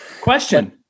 Question